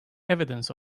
evidence